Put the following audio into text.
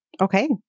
Okay